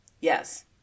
Yes